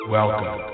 Welcome